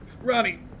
Ronnie